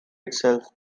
itself